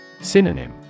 Synonym